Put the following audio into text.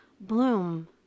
Bloom